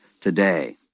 today